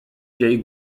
jay